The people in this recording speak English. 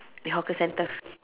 the hawker centre